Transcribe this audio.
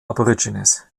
aborigines